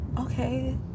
okay